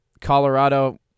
Colorado